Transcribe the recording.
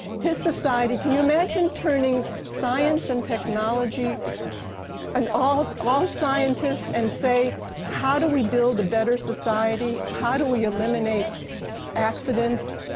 his society, can you imagine turning science and technology and all um all scientists and say how do we build a better society? how do we eliminate accidents?